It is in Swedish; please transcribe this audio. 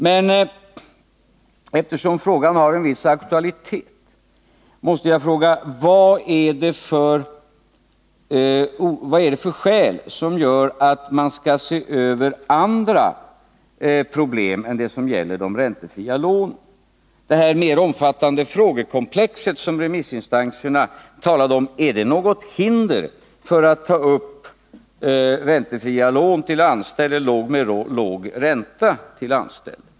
Men eftersom problemet har en viss aktualitet, måste jag fråga: Vad är det för skäl som gör att man skall se över andra problem än dem som gäller de räntefria lånen? Är det här mer omfattande frågekomplexet, som remissinstanserna talar om, något hinder för att ta upp räntefria lån till anställd eller lån med låg ränta till anställd?